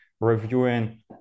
reviewing